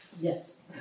Yes